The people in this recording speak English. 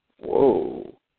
Whoa